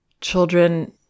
Children